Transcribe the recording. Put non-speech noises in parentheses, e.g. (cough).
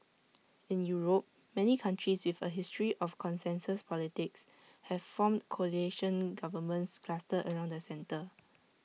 in Europe many countries with A history of consensus politics have formed coalition governments clustered (noise) around the centre